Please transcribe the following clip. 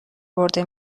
برده